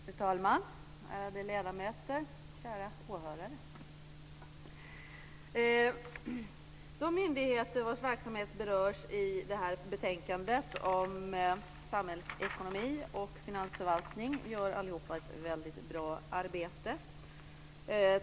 Fru talman, ärade ledamöter och kära åhörare! Alla de myndigheter vars verksamhet berörs i det här betänkandet om samhällsekonomi och finansförvaltning gör ett väldigt bra arbete.